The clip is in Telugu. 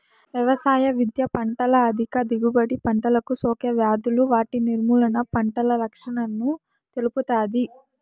వ్యవసాయ విద్య పంటల అధిక దిగుబడి, పంటలకు సోకే వ్యాధులు వాటి నిర్మూలన, పంటల రక్షణను తెలుపుతాది